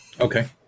Okay